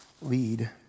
lead